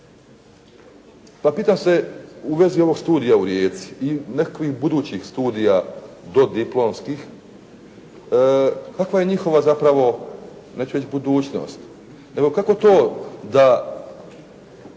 Pa pitam se u vezi ovog studija u Rijeci i nekakvih budućih studija dodiplomskih, kakva je njihova zapravo neću reći budućnost. Evo kako to da